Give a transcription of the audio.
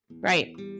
right